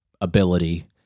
ability